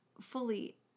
fully